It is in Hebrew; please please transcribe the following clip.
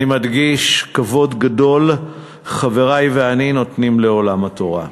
אני מדגיש: כבוד גדול חברי ואני נותנים לעולם התורה.